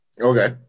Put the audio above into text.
Okay